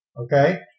okay